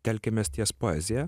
telkiamės ties poezija